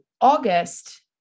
August